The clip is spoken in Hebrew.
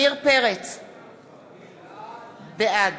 בעד